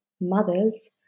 mothers